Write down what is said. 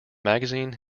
magazine